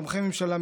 תומכי ממשלה,